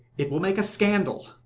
it will make a scandal,